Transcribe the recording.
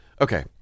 okay